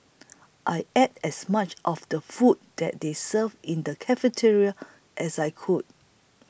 I ate as much of the food that they served in the cafeteria as I could